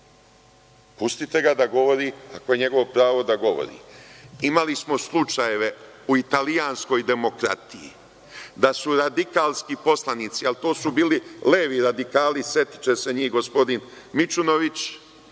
Pustite ga da govori, ako je njegovo pravo da govori. Imali smo slučajeve u italijanskoj demokratiji da su radikalski poslanici, ali to su bili levi radikali, setiće se njih gospodin Mićunović,